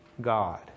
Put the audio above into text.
God